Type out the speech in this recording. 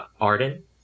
Arden